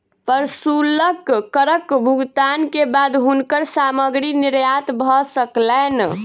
प्रशुल्क करक भुगतान के बाद हुनकर सामग्री निर्यात भ सकलैन